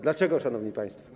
Dlaczego, szanowni państwo?